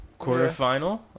quarterfinal